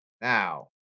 Now